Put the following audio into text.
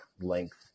length